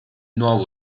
nuovo